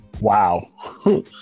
Wow